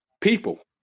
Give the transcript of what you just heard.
people